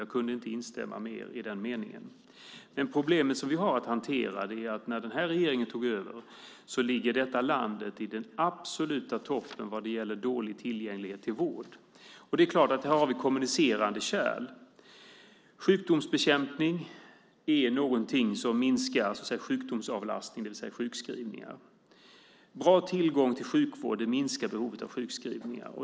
Jag kunde inte instämma mer i den meningen. Problemet som vi har att hantera är att när denna regering tog över låg detta land i den absoluta toppen vad det gäller dålig tillgänglighet till vård. Det är klart att vi här har kommunicerande kärl. Sjukdomsbekämpning är någonting som minskar sjukdomsavlastning, det vill säga sjukskrivningar. Bra tillgång till sjukvård minskar behovet av sjukskrivningar.